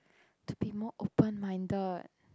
to be more open minded